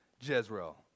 Jezreel